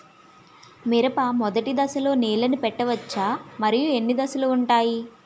మిరప మొదటి దశలో నీళ్ళని పెట్టవచ్చా? మరియు ఎన్ని దశలు ఉంటాయి?